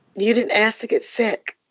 you didn't ask to get sick.